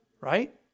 Right